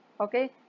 okay